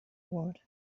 world